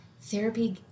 therapy